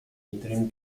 interim